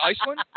Iceland